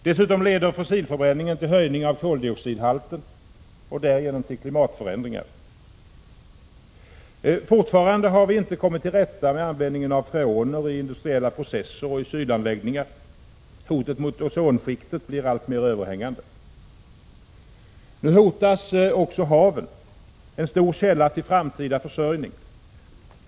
Dessutom leder fossilförbränningen till höjning av koldioxidhalten och därigenom till klimatförändringar. Fortfarande har vi inte kommit till rätta med användningen av freoner i industriella processer och i kylanläggningar. Hotet mot ozonskiktet blir alltmer överhängande. Nu hotas även haven, en stor källa till framtida försörjning.